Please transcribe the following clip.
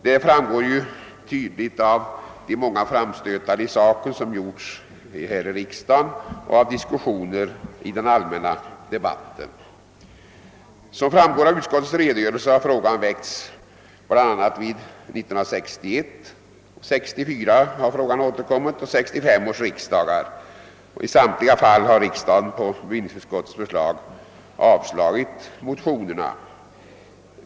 Det framgår tydligt av de många framstötar i saken som gjorts här i riksdagen och av diskussioner i den allmänna debatten. Som framgår av utskottets redogörelse har frågan behandlats bl.a. vid 1961, 1964 och 1965 års riksdagar. I samtliga fall har riksdagen på bevillningsutskottets förslag avslagit motionerna.